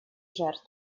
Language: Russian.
жертв